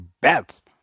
bats